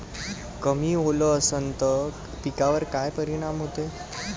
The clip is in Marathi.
कमी ओल असनं त पिकावर काय परिनाम होते?